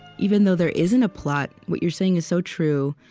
even though there isn't a plot, what you're saying is so true.